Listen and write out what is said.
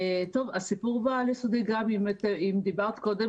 הסיפור בעל-יסודי אם דיברת קודם